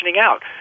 out